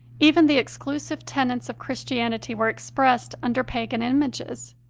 even the exclusive tenets of christianity were expressed under pagan images.